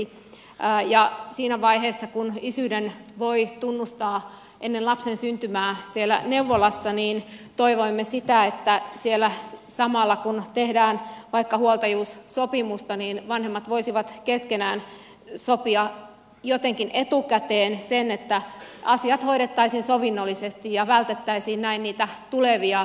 toivoimme sitä että siinä vaiheessa kun isyyden voi tunnustaa ennen lapsen syntymää siellä neuvolassa niin toivoimme sitä että siellä samalla kun siellä tehdään vaikka huoltajuussopimusta vanhemmat voisivat keskenään sopia jotenkin etukäteen sen että asiat hoidettaisiin sovinnollisesti ja vältettäisiin näin niitä tulevia riitoja